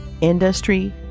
industry